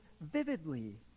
vividly